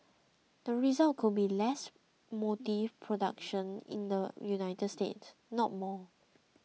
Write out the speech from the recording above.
the result could be less motive production in the United States not more